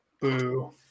Boo